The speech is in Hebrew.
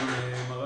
גם MRI